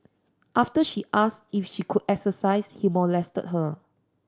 after she asked if she could exercise he molested her